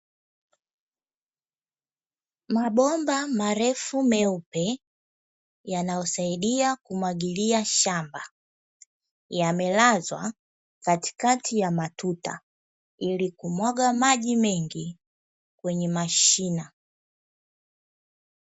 Mabomba marefu meupe yanayosaidia kumwagilia shamba, yamelazwa katikati ya matuta ili kumwaga maji mengi kwenye mashina.